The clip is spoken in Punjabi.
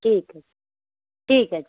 ਠੀਕ ਹੈ ਠੀਕ ਹੈ